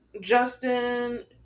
Justin